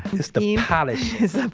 it's the polish. it's